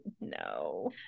no